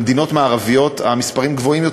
במדינות מערביות המספרים גבוהים יותר.